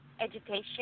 education